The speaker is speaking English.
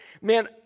man